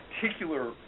particular